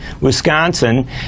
Wisconsin